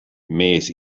mees